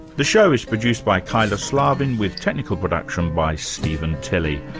the show is produced by kyla slaven with technical production by steven tilley.